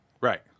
Right